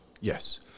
yes